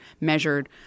measured